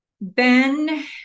Ben